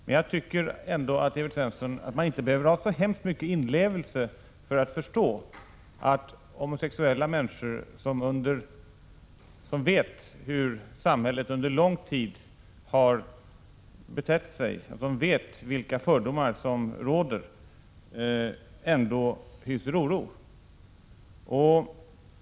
Men jag tycker ändå, Evert Svensson, att man inte behöver ha så 1 väldigt stor inlevelseförmåga för att förstå att homosexuella människor, som vet hur samhället under lång tid har betett sig och vilka fördomar som råder, hyser oro.